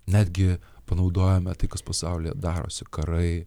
netgi panaudojame tai kas pasaulyje darosi karai